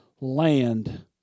land